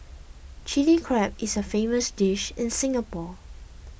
Chilli Crab is a famous dish in Singapore